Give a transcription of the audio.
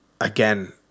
Again